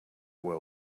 will